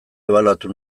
ebaluatu